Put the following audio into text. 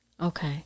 Okay